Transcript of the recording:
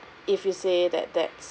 if you say that that's